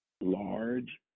Large